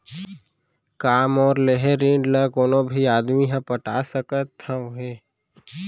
का मोर लेहे ऋण ला कोनो भी आदमी ह पटा सकथव हे?